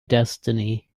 destiny